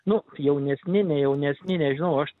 nu jaunesni ne jaunesni nežinau aš